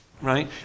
Right